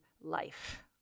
life